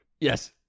Yes